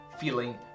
feeling